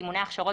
אימוני הכשרות,